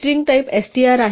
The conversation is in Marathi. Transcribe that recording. स्ट्रिंग टाईप str आहे